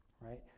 right